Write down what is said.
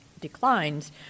declines